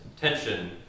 tension